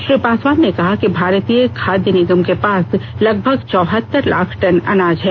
श्री पासवान ने कहा कि भारतीय खाद्य निगम के पास लगभग चौहतर लाख टन अनाज है